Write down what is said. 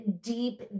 deep